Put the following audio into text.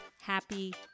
happy